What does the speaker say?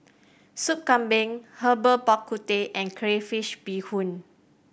Sop Kambing Herbal Bak Ku Teh and crayfish beehoon